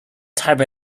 time